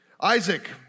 Isaac